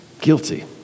guilty